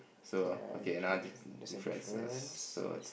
can that's a difference